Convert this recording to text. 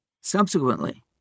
subsequently